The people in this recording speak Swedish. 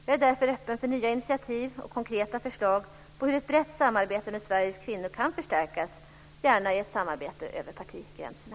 Jag är därför öppen för nya initiativ och konkreta förslag på hur ett brett samarbete med Sveriges kvinnor kan förstärkas - gärna i ett samarbete över partigränserna.